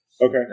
Okay